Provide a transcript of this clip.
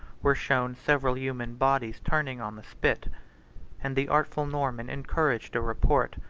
were shown several human bodies turning on the spit and the artful norman encouraged a report,